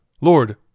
Lord